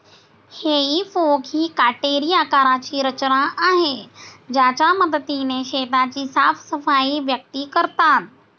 हेई फोक ही काटेरी आकाराची रचना आहे ज्याच्या मदतीने शेताची साफसफाई व्यक्ती करतात